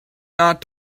not